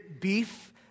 beef